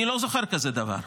אני לא זוכר כזה דבר,